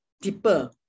deeper